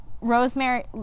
Rosemary